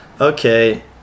okay